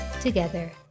together